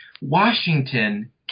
Washington